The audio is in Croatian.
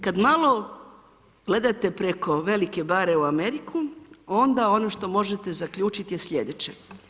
Kad malo gledate preko velike bare u Ameriku, onda ono što možete zaključit je sljedeće.